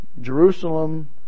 Jerusalem